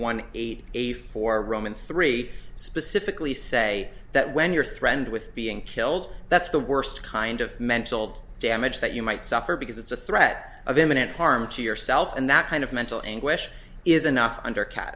one eight a for roman three specifically say that when you're threatened with being killed that's the worst kind of mental damage that you might suffer because it's a threat of imminent harm to yourself and that kind of mental anguish is enough under